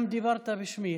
גם דיברת בשמי.